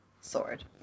sword